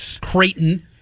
Creighton